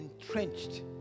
entrenched